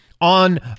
on